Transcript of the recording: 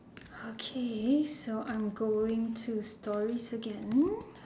okay so I'm going to stories again